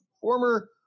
former